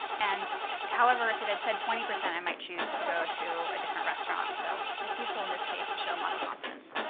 and however, if it had said twenty, i might choose to go to a different restaurant. so it's useful in this case to show model confidence.